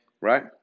Right